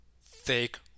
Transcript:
fake